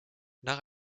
nach